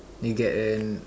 you get an